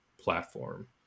platform